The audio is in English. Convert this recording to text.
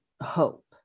hope